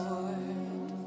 Lord